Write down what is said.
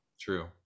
true